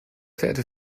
verehrte